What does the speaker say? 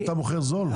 שאתה מוכר זול?